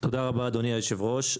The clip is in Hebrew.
תודה רבה, אדוני היושב ראש.